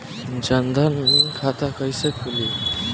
जनधन खाता कइसे खुली?